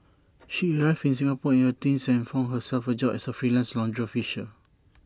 she arrived in Singapore in her teens and found herself A job as A freelance laundry washer